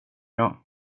jag